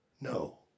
No